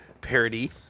parody